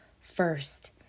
first